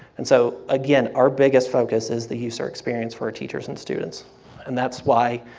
and so again, our biggest focus is the user experience for teachers and students and that's why,